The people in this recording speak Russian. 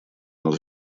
нас